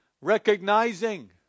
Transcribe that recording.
Recognizing